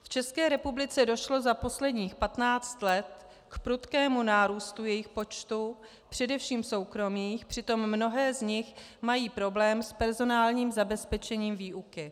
V České republice došlo za posledních patnáct let k prudkému nárůstu jejich počtu, především soukromých, přitom mnohé z nich mají problém s personálním zabezpečením výuky.